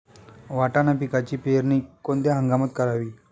वाटाणा पिकाची पेरणी कोणत्या हंगामात करावी?